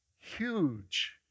Huge